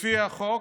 לפי החוק